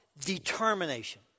Determination